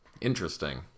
Interesting